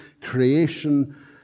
creation